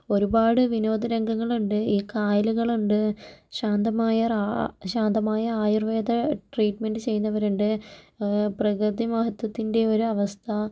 ഒരുപാട് വിനോദ രംഗങ്ങളുണ്ട് ഈ കായലുകളുണ്ട് ശാന്തമായ ശാന്തമായ ആയുര്വേദ ട്രീറ്റ് മെൻ്റ് ചെയ്യുന്നവരുണ്ട് പ്രകൃതി മാറ്റത്തിന്റെ ഒരു അവസ്ഥ